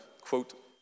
quote